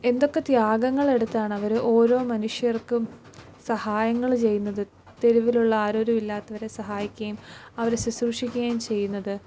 എന്തൊക്കെ ത്യാഗങ്ങളെടുത്താണ് അവർ ഓരോ മനുഷ്യർക്കും സഹായങ്ങൾ ചെയ്യുന്നത് തെരുവിലുളള ആരോരും ഇല്ലാത്തവരെ സഹായിക്കുകയും അവരെ ശുശ്രൂഷിക്കുകയും ചെയ്യുന്നത്